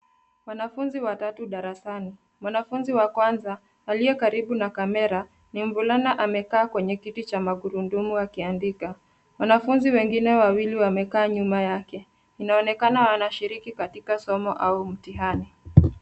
Wanafunzi watatu darasani. Mwanafunzi wa kwanza aliye karibu na kamera ni mvulana amekaa kwenye kiti cha magurudumu akiandika. Wanafunzi wengine wawili wamekaa nyuma yake. Inaonekana wanashiriki katika somo au mtihani.